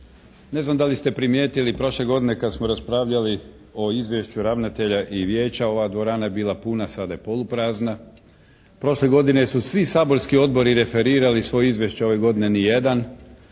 Ne znam da li ste primijetili prošle godine kad smo raspravljali o Izvješću ravnatelja i Vijeća ova dvorana je bila puna, sada je poluprazna, prošle godine su svi saborski odbori referirali svoje izvješće, ove godine ni jedan,